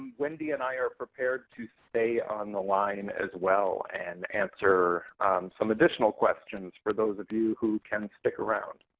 wendy and i are prepared to stay on the line as well and answer some additional questions for those of you who can stick around.